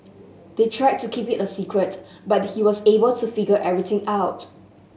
they tried to keep it a secret but he was able to figure everything out